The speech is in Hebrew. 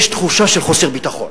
יש תחושה של חוסר ביטחון.